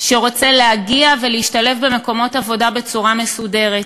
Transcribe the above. שרוצה להגיע ולהשתלב במקומות עבודה בצורה מסודרת,